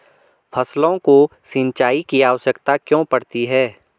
फसलों को सिंचाई की आवश्यकता क्यों पड़ती है?